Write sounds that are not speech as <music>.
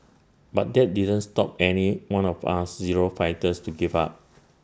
but that didn't stop any one of us zero fighters to give up <noise>